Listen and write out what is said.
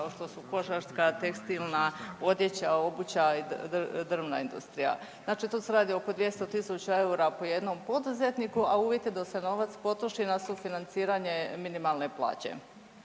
kao što su kožarska, tekstilna, odjeća, obuća i drvna industrija. Znači to se radi oko 200.000 EUR-a po jednom poduzetniku, a uvjet je da se novac potroši na sufinanciranje minimalne plaće.